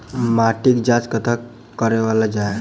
माटिक जाँच कतह कराओल जाए?